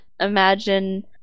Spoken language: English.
imagine